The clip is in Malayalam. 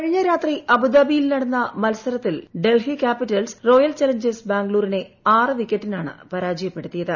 കഴിഞ്ഞ രാത്രി അബുദാബിയിൽ നടന്ന മത്സരത്തിൽ ഡൽഹി ക്യാപിറ്റൽസ് റോയൽ ചലഞ്ചേഴ്സ് ബാംഗ്ലൂരിനെ ആറ് വിക്കറ്റിനാണ് പരാജയപ്പെടുത്തിയത്